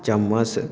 चम्मच